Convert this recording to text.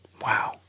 wow